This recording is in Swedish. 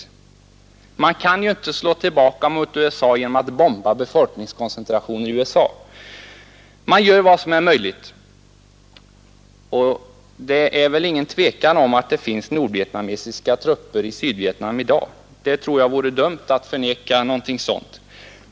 Man kan ju inte slå tillbaka mot USA genom att bomba befolkningskoncentrationer i USA. Man gör vad som är möjligt för att driva bort den anfallande. Det är väl inget tvivel om att det finns nordvictnamesiska trupper i Sydvietnam i dag. Jag tror det vore dumt att förneka någonting sådant.